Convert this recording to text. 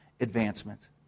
advancement